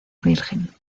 virgen